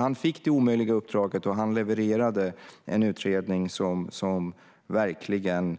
Han fick det omöjliga uppdraget, och han levererade en utredning som verkligen